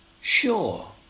Sure